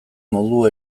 modu